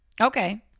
Okay